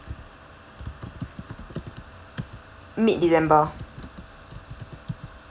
mid december